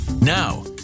Now